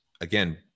again